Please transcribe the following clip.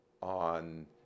on